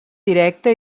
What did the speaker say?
directe